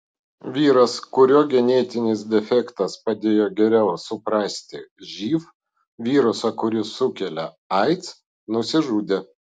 vyras kurio genetinis defektas padėjo geriau suprasti živ virusą kuris sukelia aids nusižudė